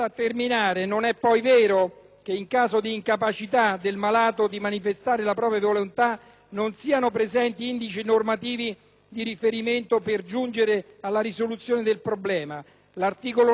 che in caso di incapacità del malato di manifestare la propria volontà non siano presenti indici normativi di riferimento per giungere alla risoluzione del problema. L'articolo 9 della Convenzione di Oviedo